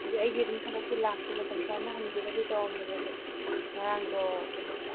ꯑꯗꯨ ꯑꯩꯁꯦ ꯑꯗꯨꯝ ꯊꯕꯛꯁꯨ ꯂꯥꯛꯀꯦ ꯃꯇꯝ ꯆꯥꯅ ꯍꯟꯒꯦꯅꯗꯤ ꯇꯧꯔꯝꯕꯅꯦ ꯑꯗꯣ ꯉꯔꯥꯡꯗꯣ ꯀꯩꯅꯣꯗꯣ